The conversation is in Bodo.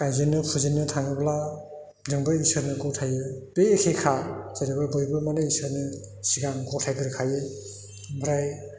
गाइजेन्नो फुजेन्नो थांङोब्ला जोंबो इसोरनो गथायो बे एखेखा जेनेबा बयबो माने इसोरनो सिगां गथायग्रोखायो ओमफ्राय